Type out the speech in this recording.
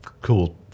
cool